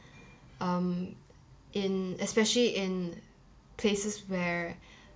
um in especially in places where